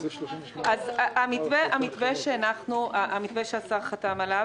המתווה שהשר חתם עליו,